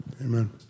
Amen